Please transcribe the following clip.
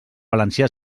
valencià